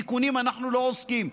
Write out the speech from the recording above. בתיקונים אנחנו לא עוסקים.